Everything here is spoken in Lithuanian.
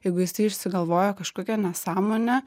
jeigu jisai išsigalvoja kažkokią nesąmonę